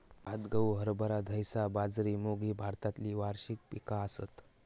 भात, गहू, हरभरा, धैंचा, बाजरी, मूग ही भारतातली वार्षिक पिका आसत